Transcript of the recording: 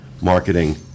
marketing